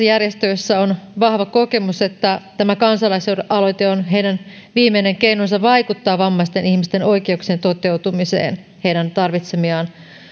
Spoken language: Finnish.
järjestöissä on vahva kokemus että tämä kansalais aloite on heidän viimeinen keinonsa vaikuttaa vammaisten ihmisten oikeuksien toteutumiseen heidän tarvitsemiaan